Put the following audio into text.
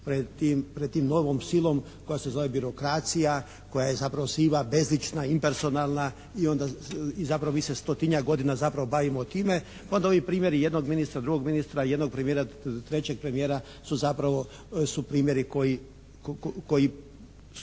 pred tom novom silom koja se zove birokracija, koja je zapravo siva, bezlična, impersonalna i zapravo mi se stotinjak godina zapravo bavimo time, a onda primjeri, ovi primjeri jednog ministra, drugog ministra, jednog premijera, trećeg premijera su zapravo, su primjeri koji